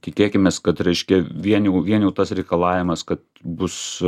tikėkimės kad reiškia vien jau vien tas reikalavimas kad bus